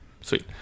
Sweet